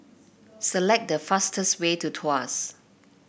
select the fastest way to Tuas